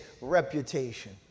reputation